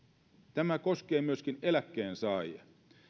tämä koskee myöskin eläkkeensaajia